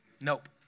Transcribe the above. Nope